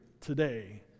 today